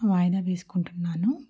వాయిదా వేసుకుంటున్నాను